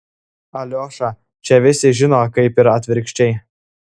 aliošą čia visi žino kaip ir atvirkščiai